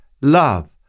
love